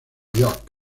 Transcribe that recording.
york